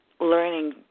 learning